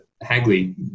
Hagley